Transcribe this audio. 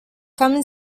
coming